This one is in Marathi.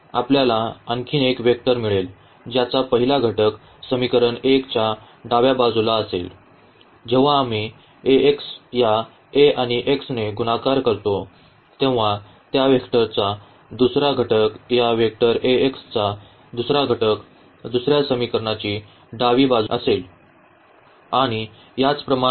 तर आपल्याला आणखी एक वेक्टर मिळेल ज्याचा पहिला घटक समीकरण 1 च्या डाव्या बाजूला असेल जेव्हा आम्ही या A आणि x ने गुणाकार करतो तेव्हा त्या वेक्टरचा दुसरा घटक या वेक्टर चा दुसरा घटक दुसऱ्या समीकरणाची डावी बाजू असेल आणि याप्रमाणे